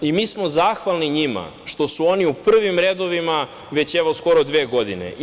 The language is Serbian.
Mi smo zahvalni njima što su oni u prvim redovima već evo skoro dve godine.